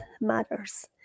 matters